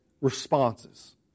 responses